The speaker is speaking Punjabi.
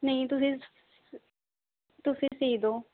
ਨਹੀਂ ਤੁਸੀਂ ਤੁਸੀਂ ਸੀਅ ਦੋ